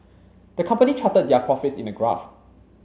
the company charted their profits in a graph